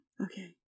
okay